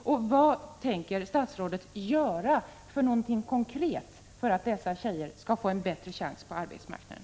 Och vad tänker arbetsmarknadsministern göra konkret för att dessa flickor skall få en bättre chans på arbetsmarknaden?